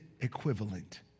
equivalent